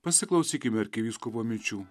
pasiklausykime arkivyskupo minčių